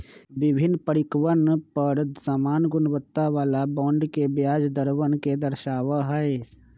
विभिन्न परिपक्वतवन पर समान गुणवत्ता वाला बॉन्ड के ब्याज दरवन के दर्शावा हई